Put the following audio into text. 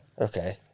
Okay